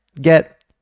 get